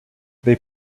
they